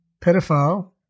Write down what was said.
pedophile